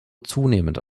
zunehmend